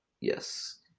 Yes